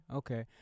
okay